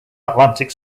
atlantic